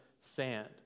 sand